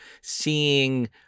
seeing